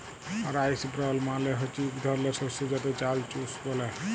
rice ব্রল মালে হচ্যে ইক ধরলের শস্য যাতে চাল চুষ ব্যলে